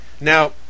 Now